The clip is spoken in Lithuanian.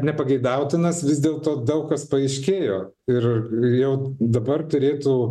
nepageidautinas vis dėlto daug kas paaiškėjo ir jau dabar turėtų